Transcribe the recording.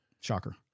Shocker